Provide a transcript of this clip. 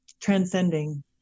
transcending